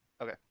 Okay